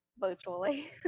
virtually